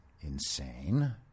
insane